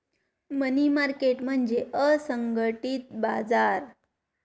मनी market म्हणजे असंघटित बाजार